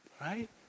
Right